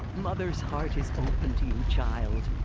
mother's heart child.